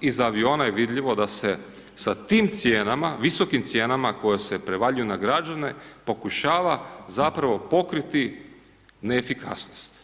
iz aviona je vidljivo da se sa tim cijenama, visokim cijenama koje se prevaljuju na građane, pokušava zapravo pokriti neefikasnost.